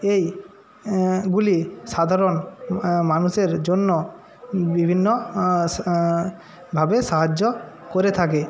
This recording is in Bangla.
এই গুলি সাধারণ মানুষের জন্য বিভিন্ন ভাবে সাহায্য করে থাকে